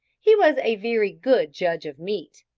he was a very good judge of meat.